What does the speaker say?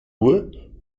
uhr